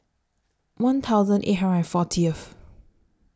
one thousand eight hundred and fortieth